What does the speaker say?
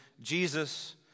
Jesus